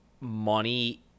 money